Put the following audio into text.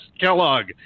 Kellogg